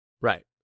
Right